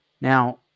Now